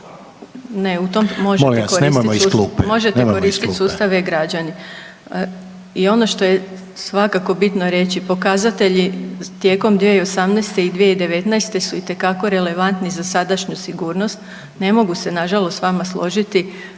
ne u tom, možete koristit sustav e-građani. I ono što je svakako bitno reći pokazatelji tijekom 2018. i 2019. su itekako relevantni za sadašnju sigurnost ne mogu se nažalost s vama složiti